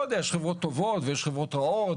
יש חברות טובות ויש חברות רעות,